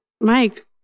Mike